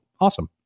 awesome